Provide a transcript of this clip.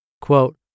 Quote